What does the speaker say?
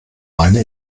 meine